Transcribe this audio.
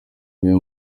meya